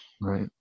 right